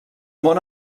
món